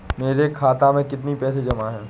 मेरे खाता में कितनी पैसे जमा हैं?